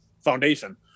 foundation